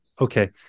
Okay